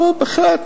אבל בהחלט,